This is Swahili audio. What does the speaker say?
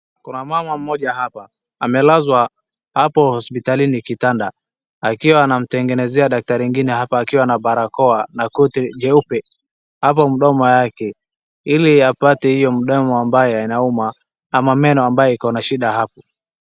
Kuna mama mmoja hapa amelazwa hapo hospitalini kitanda. Akiwa anamtegenezea daktari ingine hapa akiwa na barakoa na koti jeupe. Hapo mdomo yake ili apate hiyo mdomo ambaye inauma ama meno ambayo iko na shida hapo.